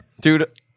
Dude